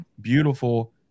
Beautiful